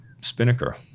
spinnaker